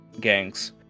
gangs